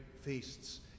feasts